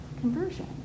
conversion